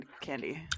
candy